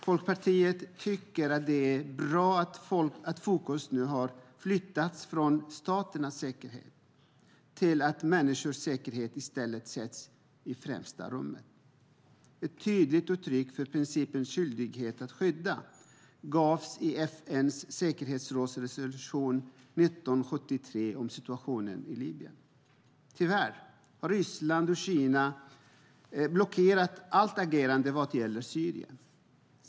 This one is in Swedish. Folkpartiet tycker att det är bra att fokus nu har flyttats från staters säkerhet till att människors säkerhet i stället sätts i första rummet. Ett tydligt uttryck för principen "skyldighet att skydda" gavs i FN:s säkerhetsråds resolution 1973 om situationen i Libyen. Tyvärr har Ryssland och Kina blockerat allt agerande vad gäller Syrien.